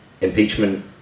impeachment